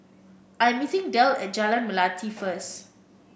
I am meeting Delle at Jalan Melati first